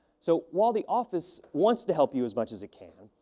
so, while the office wants to help you as much as it can,